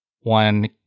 one